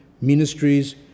Ministries